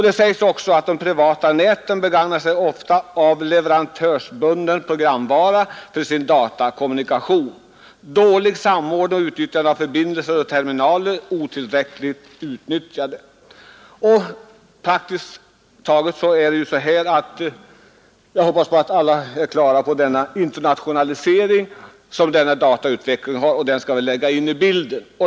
Det sägs också att de privata näten ofta begagnade sig av leverantörsbunden programvara för sin datakommunikation. Det förekom dålig samordning och utnyttjandet av förbindelser och terminaler var otillräckligt. Jag hoppas att alla är på det klara med internationaliseringen av denna datautveckling — den hör till bilden.